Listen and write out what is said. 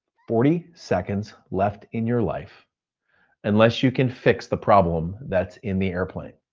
forty seconds left in your life unless you can fix the problem that's in the airplane.